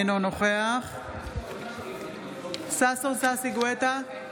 אינו נוכח ששון ששי גואטה,